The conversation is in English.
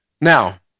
Now